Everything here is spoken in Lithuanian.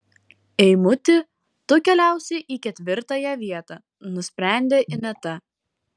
eimuti tu keliausi į ketvirtąją vietą nusprendė ineta